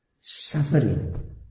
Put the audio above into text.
suffering